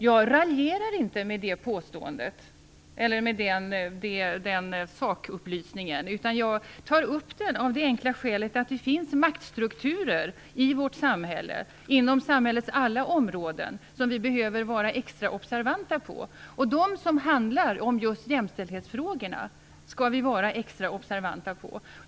Jag raljerar inte med den sakupplysningen, utan jag tar upp den av det enkla skälet att det finns maktstrukturer inom vårt samhälles alla områden som vi behöver vara extra observanta på. De som handlar om just jämställdhetsfrågorna skall vi vara extra observanta på.